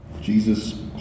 Jesus